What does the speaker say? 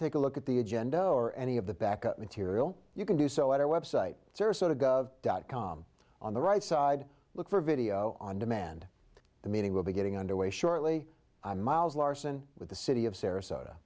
take a look at the agenda or any of the back up material you can do so at our website sarasota gov dot com on the right side look for video on demand the meeting will be getting underway shortly miles larson with the city of sarasota